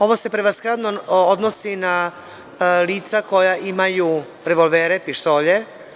Ovo se prevashodno odnosi na lica koja imaju revolvere, pištolje.